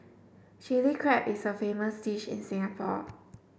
Chilli Crab is a famous dish in Singapore